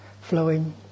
flowing